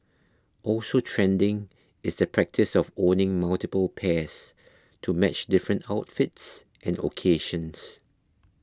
also trending is the practice of owning multiple pairs to match different outfits and occasions